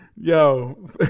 Yo